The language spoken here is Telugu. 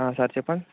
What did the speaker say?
సార్ చెప్పండి